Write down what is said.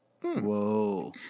Whoa